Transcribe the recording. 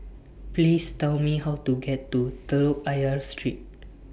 Please Tell Me How to get to Telok Ayer Street